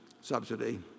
subsidy